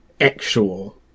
actual